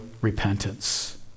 repentance